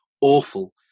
awful